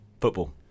football